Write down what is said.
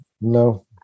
No